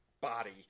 body